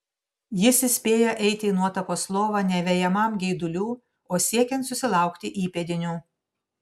jis įspėja eiti į nuotakos lovą ne vejamam geidulių o siekiant susilaukti įpėdinių